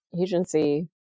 agency